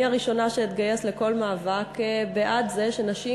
אני הראשונה שאתגייס לכל מאבק בעד זה שנשים